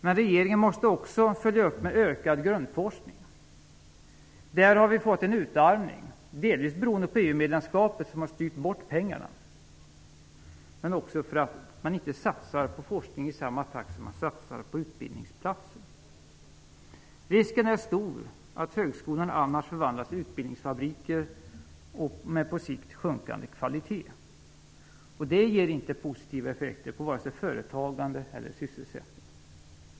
Men regeringen måste också följa upp med ökad grundforskning. Där har vi fått en utarmning, delvis beroende på EU-medlemskapet som har styrt bort pengarna men också på att man inte satsar på forskning i samma takt som man satsar på utbildningsplatser. Risken är stor att högskolorna förvandlas till utbildningsfabriker med på sikt sjunkande kvalitet. Det ger inte positiva effekter på vare sig företagande eller sysselsättning.